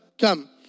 come